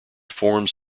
forms